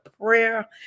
prayer